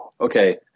Okay